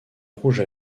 rouge